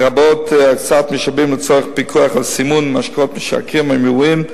לרבות הקצאת משאבים לצורך פיקוח על סימון משקאות משכרים מיובאים,